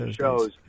shows